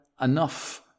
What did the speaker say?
enough